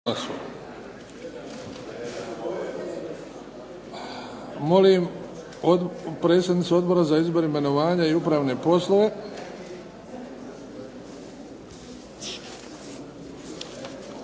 Molim predsjednicu Odbora za izbor imenovanja i upravne poslove.